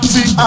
See